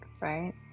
right